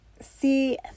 see